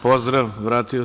Pozdrav, vratio se.